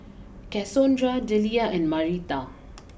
Cassondra Delia and Marita